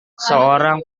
seorang